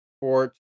port